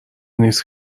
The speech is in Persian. نیست